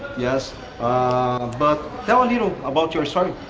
yes but tell a little about your story.